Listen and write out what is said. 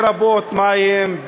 לרבות מים,